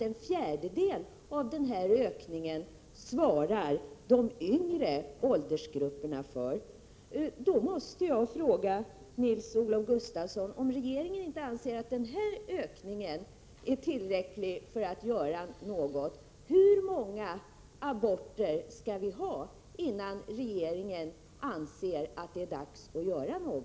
Det oroväckande är just att de yngre åldersgrupperna svarar för en fjärdedel av denna ökning.